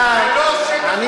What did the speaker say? זה לא שטח מוניציפלי.